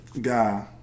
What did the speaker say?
guy